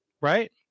Right